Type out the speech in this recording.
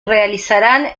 realizarán